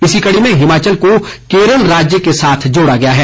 इसी कड़ी में हिमाचल को केरल राज्य के साथ जोड़ा गया है